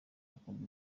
akunda